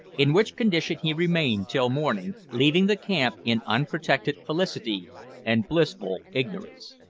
in which condition he remained till morning, leaving the camp in unprotected felicity and blissful ignorance.